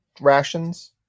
rations